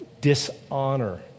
dishonor